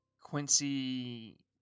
Quincy